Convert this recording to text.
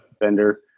vendor